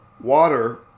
water